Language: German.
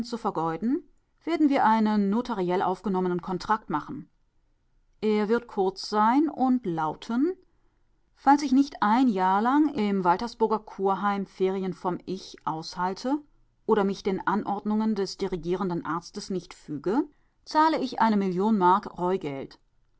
zu vergeuden werden wir einen notariell aufgenommenen kontrakt machen er wird kurz sein und lauten falls ich nicht ein jahr lang im waltersburger kurheim ferien vom ich aushalte oder mich den anordnungen des dirigierenden arztes nicht füge zahle ich eine million mark